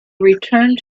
returned